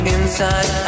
Inside